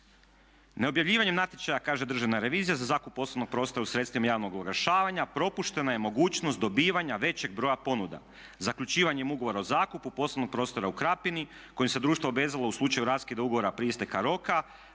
Neobjavljivanjem natječaja, kaže državna revizija za zakup poslovnog prostora u sredstvima javnog oglašavanja propuštena je mogućnost dobivanja većeg broja ponuda. Zaključivanjem ugovora o zakupu poslovnog prostora u Krapini kojim se društvo obvezalo u slučaju raskida ugovora prije isteka roka